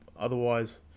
Otherwise